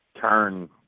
turn